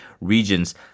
regions